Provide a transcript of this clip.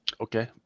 okay